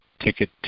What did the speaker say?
ticket